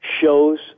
shows